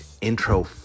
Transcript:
intro